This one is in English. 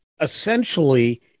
Essentially